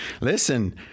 Listen